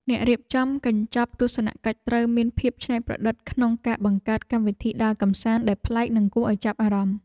អ្នករៀបចំកញ្ចប់ទស្សនកិច្ចត្រូវមានភាពច្នៃប្រឌិតក្នុងការបង្កើតកម្មវិធីដើរកម្សាន្តដែលប្លែកនិងគួរឱ្យចាប់អារម្មណ៍។